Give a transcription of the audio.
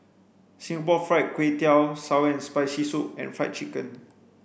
Singapore fried Kway Tiao sour and spicy soup and fried chicken